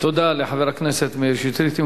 תודה לחבר הכנסת מאיר שטרית.